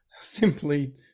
simply